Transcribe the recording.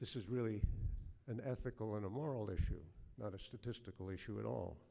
this is really an ethical and a moral issue not a statistical issue at all